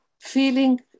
feeling